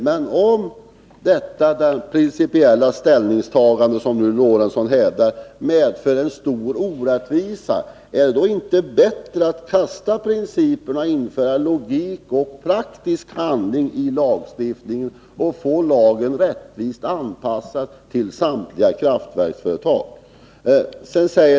Men om det principiella ställningstagande som Sven Eric Lorentzon talar för medför en stor orättvisa, är det då inte bättre att kasta principerna och införa logik och praktisk handling i lagstiftningen och få lagen rättvist anpassad till samtliga kraftverksföretag?